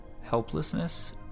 helplessness